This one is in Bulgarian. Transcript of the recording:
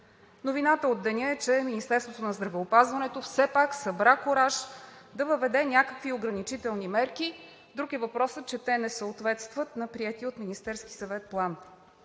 Новината от деня е, че Министерството на здравеопазването все пак събра кураж да въведе някакви ограничителни мерки, друг е въпросът, че те не съответстват на приетия от Министерския съвет план.